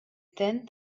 then